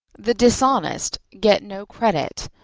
the dishonest get no credit,